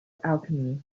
alchemy